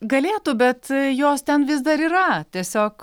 galėtų bet jos ten vis dar yra tiesiog